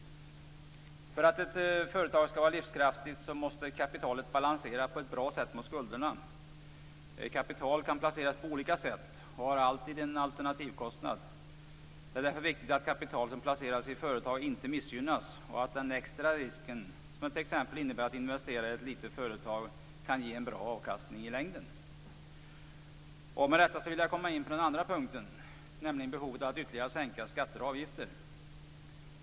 För att ett företag skall vara livskraftigt måste kapitalet balansera på ett bra sätt mot skulderna. Kapital kan placeras på olika sätt och har alltid en alternativkostnad. Det är därför viktigt att kapital som placeras i företag inte missgynnas och att den extra risk som det t.ex. innebär att investera i ett litet företag kan ge en bra avkastning i längden. Med detta vill jag komma in på den andra punkten, nämligen behovet av att ytterligare sänka skatter och avgifter.